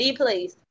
please